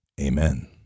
amen